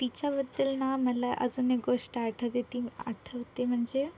तिच्याबद्दल ना मला अजून एक गोष्ट आठवते ती मग आठवते म्हणजे